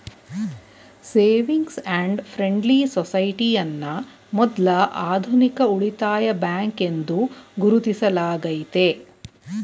savings and friendly society ಅನ್ನ ಮೊದ್ಲ ಆಧುನಿಕ ಉಳಿತಾಯ ಬ್ಯಾಂಕ್ ಎಂದು ಗುರುತಿಸಲಾಗೈತೆ